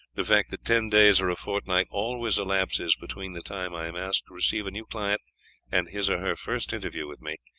the fact that ten days or a fortnight always elapses between the time i am asked to receive a new client and his or her first interview with me,